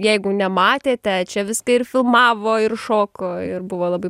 jeigu nematėte čia viską ir filmavo ir šoko ir buvo labai